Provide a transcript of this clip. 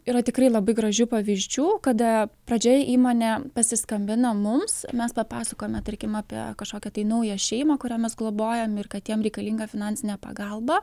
yra tikrai labai gražių pavyzdžių kada pradžioj įmonė pasiskambina mums mes papasakojome tarkim apie kažkokią tai naują šeimą kurią mes globojam ir kad jiem reikalinga finansinė pagalba